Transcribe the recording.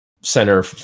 center